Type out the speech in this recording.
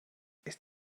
ist